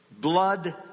blood